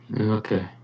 Okay